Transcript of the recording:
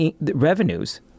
revenues